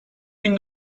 bin